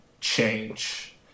change